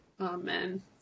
Amen